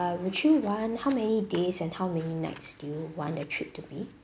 would you want how many days and how many nights do you want the trip to be